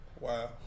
Wow